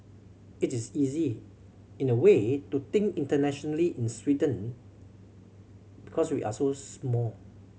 it is easy in a way to think internationally in Sweden because we're so small